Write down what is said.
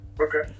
Okay